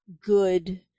good